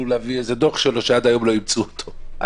להביא דוח שלו אבל עד היום לא אימצו אותו.